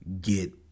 get